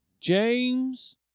James